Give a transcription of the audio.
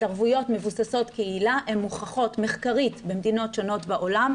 התערבויות מבוססות קהילה מוכחות מחקרית במדינות שונות בעולם,